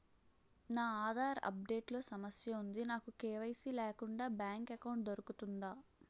నా Aadhaar update లో సమస్య వుంది నాకు కే.వై.సీ లేకుండా బ్యాంక్ ఎకౌంట్దొ రుకుతుందా?